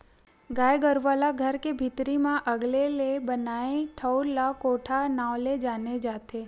गाय गरुवा ला घर के भीतरी म अलगे ले बनाए ठउर ला कोठा नांव ले जाने जाथे